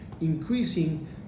increasing